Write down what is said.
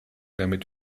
damit